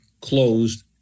closed